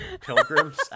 Pilgrims